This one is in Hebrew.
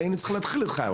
היינו צריכים להתחיל איתך,